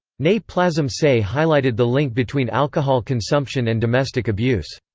ne plasim se highlighted the link between alcohol consumption and domestic abuse.